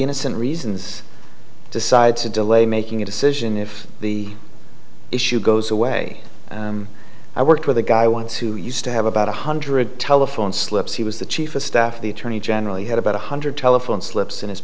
innocent reasons decide to delay making a decision if the issue goes away i worked with a guy once who used to have about one hundred telephone slips he was the chief of staff of the attorney general he had about one hundred telephone slips in his